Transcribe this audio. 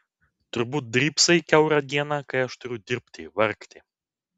turbūt drybsai kiaurą dieną kai aš turiu dirbti vargti